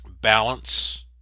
balance